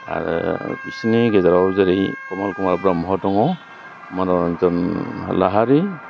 आरो बिसोरनि गेजेराव जेरै कमल कुमार ब्रह्म दङ मनरन्जन लाहारि